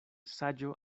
saĝo